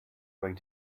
going